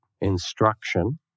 instruction